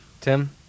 Tim